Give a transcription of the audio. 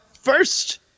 first